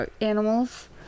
Animals